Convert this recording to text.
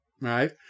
right